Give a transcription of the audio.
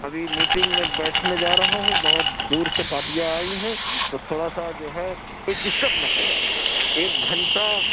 ابھی میٹنگ میں بیٹھنے جا رہا ہوں بہت دور سے پارٹیاں آئی ہیں تو تھوڑا سا جو ہے کوئی ڈسٹپ نہ کرے ایک گھنٹہ